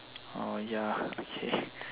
oh ya okay